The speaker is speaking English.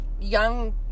young